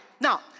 Now